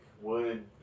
wood